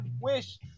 wish